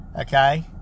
Okay